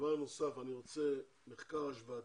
אני רוצה מחקר השוואתי.